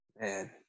Man